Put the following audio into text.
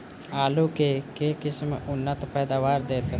आलु केँ के किसिम उन्नत पैदावार देत?